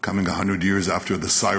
coming a 100 years after the Cyrus